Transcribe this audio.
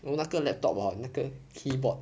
我们那个 laptop hor 那个 keyboard